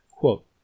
Quote